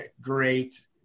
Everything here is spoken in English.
great